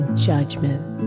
Judgment